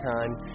time